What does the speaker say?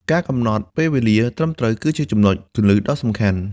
ការកំណត់ពេលវេលាត្រឹមត្រូវគឺជាចំណុចគន្លឹះដ៏សំខាន់។